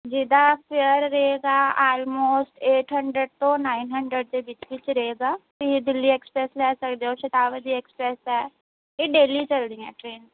ਜਿਸਦਾ fare rate ਆ almost eight hundred ਤੋਂ ਨਾਇਨ ਹੰਡਰਡ ਦੇ ਵਿੱਚ ਵਿੱਚ ਰਹੇਗਾ ਤੁਸੀਂ ਦਿੱਲੀ ਐਕਸਪ੍ਰੈਸ ਲੈ ਸਕਦੇ ਹੋ ਸ਼ਤਾਬਦੀ ਐਕਸਪਰੈਸ ਹੈ ਇਹ ਡੇਲੀ ਚਲਦੀਆਂ ਟਰੇਨ